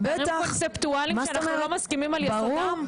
פערים קונספטואליים שאנחנו לא מסכימים על יסודם?